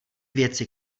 věci